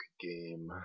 game